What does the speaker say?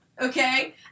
okay